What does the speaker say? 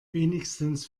wenigstens